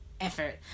effort